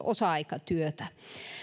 osa aikatyötä